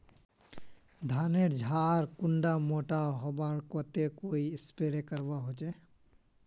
धानेर झार कुंडा मोटा होबार केते कोई स्प्रे करवा होचए?